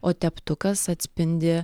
o teptukas atspindi